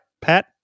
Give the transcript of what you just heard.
Pat